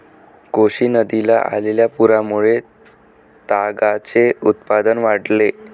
कोसी नदीला आलेल्या पुरामुळे तागाचे उत्पादन वाढले